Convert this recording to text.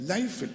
Life